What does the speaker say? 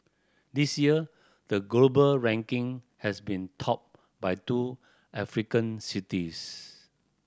this year the global ranking has been topped by two African cities